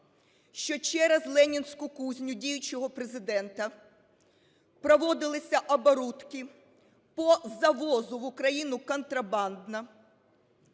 що через "Ленінську кузню" діючого Президента проводилися оборудки по завозу в Україну контрабандно